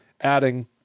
Adding